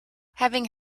having